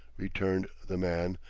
returned the man,